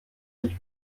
sich